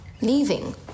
Leaving